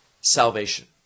salvation